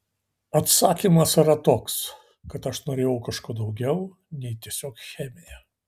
atsakymas yra toks kad aš norėjau kažko daugiau nei tiesiog chemija